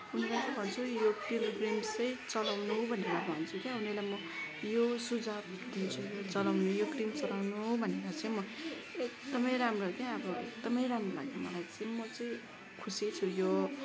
उनीहरूलाई भन्छु यो पिलग्रिम्स चाहिँ चलाउनु भनेर भन्छु क्या उनीहरूलाई म यो सुझाव दिन्छु यो चलाउनु यो क्रिम चलाउनु भनेर चाहिँ म एकदमै राम्रो क्या अब एकदमै राम्रो लाग्यो मलाई चाहिँ मो चाहिँ खुसी छु यो